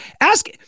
Ask